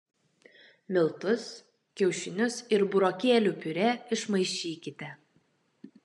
miltus kiaušinius ir burokėlių piurė išmaišykite